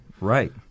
right